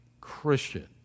Christian